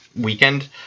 weekend